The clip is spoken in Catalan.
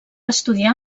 estudiar